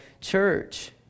church